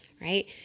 right